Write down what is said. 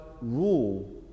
rule